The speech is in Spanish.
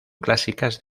clásicas